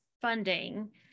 funding